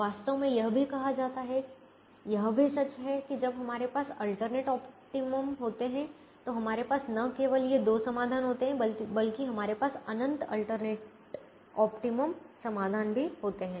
वास्तव में यह भी कहा जाता है यह भी सच है कि जब हमारे पास अल्टरनेट ऑप्टिमम होते है तो हमारे पास न केवल ये 2 समाधान होते हैं बल्कि हमारे पास अनंत अल्टरनेट ऑप्टिमम समाधान भी होते हैं